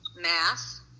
mass